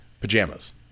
pajamas